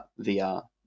VR